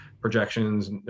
projections